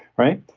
right?